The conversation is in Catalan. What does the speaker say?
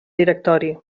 directori